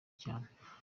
cyane